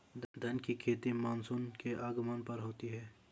धान की खेती मानसून के आगमन पर होती है